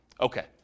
Okay